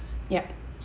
yup